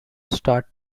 star